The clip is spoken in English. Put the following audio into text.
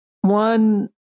one